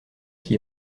qui